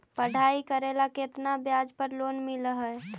पढाई करेला केतना ब्याज पर लोन मिल हइ?